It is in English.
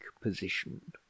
position